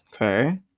Okay